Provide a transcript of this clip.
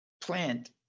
plant